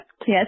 Yes